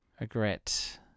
Regret